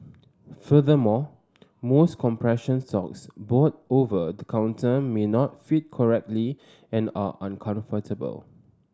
furthermore most compression socks bought over the counter may not fit correctly and are uncomfortable